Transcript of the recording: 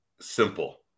simple